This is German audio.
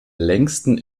längsten